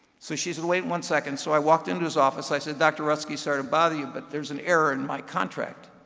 so she says, wait one second. so i walked into his office and i said, dr. rutsky, sorry to bother you, but there's an error in my contract.